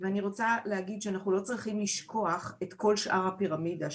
אני רוצה להגיד שאנחנו לא צריכים לשכוח את כל שאר הפירמידה,